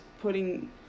putting